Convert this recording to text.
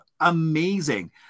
amazing